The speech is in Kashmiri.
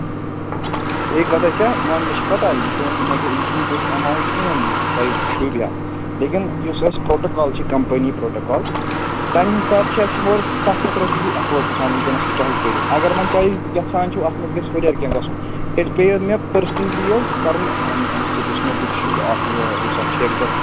صحیح کَتھ حظ چھِ وۅنۍ مےٚ چھِ پَتاہ یہِ چھُنہٕ یہِ چھُنہٕ تٮُ۪تھ ایماوُنٛٹ کِہیٖنٛۍ یُس تۄہہِ شوٗبیٛاہ لیکِن یُس اَسہِ پرٛوٹوکال چھُ کَمپٔنی پروٹوکال تَمہِ حِساب چھِ اَسہِ یِم سَتھ ہَتھ رۄپیی ایٚفٲرٹ ہٮ۪کان وُنٛکٮ۪نَس تۄہہِ کٔرِتھ اگر وۄنۍ تۄہہِ یَژھان چھُو اَتھ منٛز گژھِ ہُرٮ۪ر کیٚنٛہہ گژھُن تیٚلہِ پیٚیو مےٚ پٔرسنلی حظ کَرٕنۍ اَمہِ اَمہِ سۭتۍ یُس مےٚ بُتھِ چھُ اَتھ یہِ یُس اَتھ ٹھیکہٕ دَر چھُ